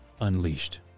unleashed